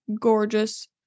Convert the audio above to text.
gorgeous